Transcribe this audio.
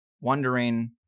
wondering